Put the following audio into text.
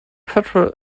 petrol